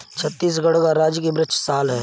छत्तीसगढ़ का राजकीय वृक्ष साल है